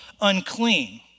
unclean